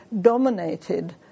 dominated